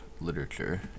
literature